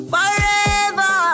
Forever